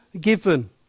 given